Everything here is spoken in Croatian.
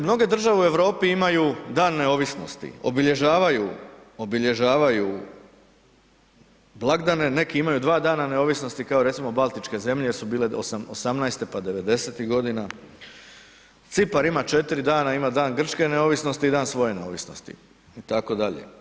Mnoge države u Europi imaju dan neovisnosti, obilježavaju blagdane, neki imaju dva dana neovisnosti, kao recimo baltičke zemlje jer su bile 18. pa 90-ih godina, Cipar ima 4 dana, ima dan grčke neovisnosti i dan svoje neovisnosti, itd.